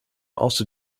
also